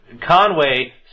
Conway